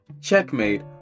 checkmate